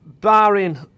Barring